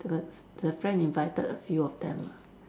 the the friend invited a few of them lah